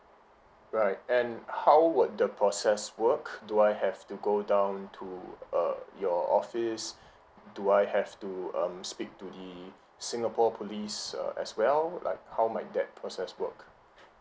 right and how would the process work do I have to go down to err your office do I have to um speak to the singapore police uh as well like how might that process work